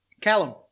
Callum